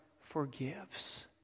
forgives